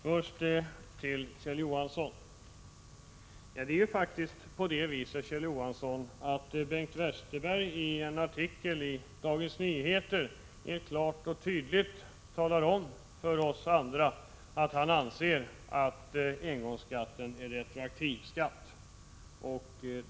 Herr talman! Det är faktiskt så, Kjell Johansson, att Bengt Westerbergien artikel i Dagens Nyheter klart och tydligt talade om för oss andra att han anser att engångsskatten är en retroaktiv skatt.